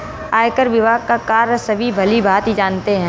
आयकर विभाग का कार्य सभी भली भांति जानते हैं